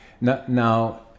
Now